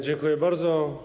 Dziękuję bardzo.